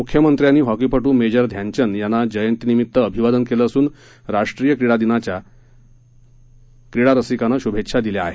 म्ख्यमंत्र्यांनी हॉकीपट् मेजर ध्यानचंद यांना जयंतीनिमित्त अभिवादन केलं असून राष्ट्रीय क्रीडा दिनाच्या शभेच्छा दिल्या आहेत